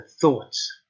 thoughts